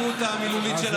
אתה מוזמן לקרוא לי בקריאות.